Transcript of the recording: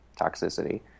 toxicity